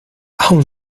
aun